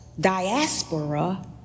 diaspora